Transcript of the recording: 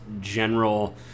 general